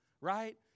right